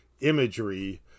imagery